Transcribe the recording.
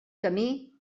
camí